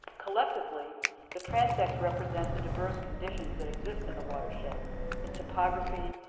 collectively the transects represent the diverse conditions that exist in the watershed in topography,